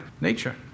nature